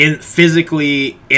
physically